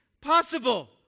possible